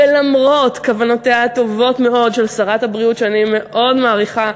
ולמרות כוונותיה הטובות מאוד של שרת הבריאות שאני מאוד מעריכה,